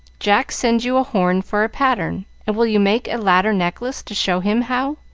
jack sends you a horn for a pattern, and will you make a ladder-necklace to show him how?